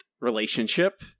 relationship